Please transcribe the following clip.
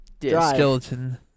skeleton